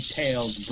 tails